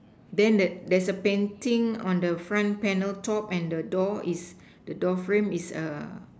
then that there's a painting on the front panel top and the door is the door frame is a